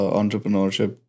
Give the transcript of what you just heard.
entrepreneurship